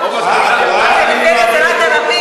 בקשב רב.